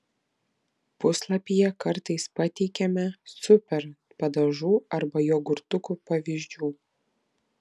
puslapyje kartais pateikiame super padažų arba jogurtukų pavyzdžių